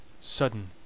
Sudden